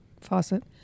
faucet